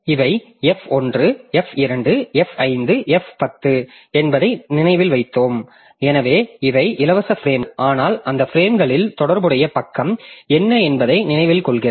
இவை f 1 f 2 f 5 f 10 என்பதை நினைவில் வைத்தோம் எனவே இவை இலவச பிரேம்கள் ஆனால் அந்த பிரேம்களில் தொடர்புடைய பக்கம் என்ன என்பதை நினைவில் கொள்கிறது